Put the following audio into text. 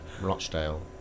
Rochdale